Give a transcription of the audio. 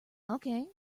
okay